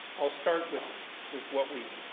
i'll start with with what we've,